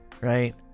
right